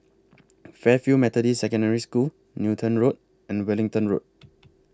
Fairfield Methodist Secondary School Newton Road and Wellington Road